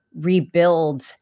rebuild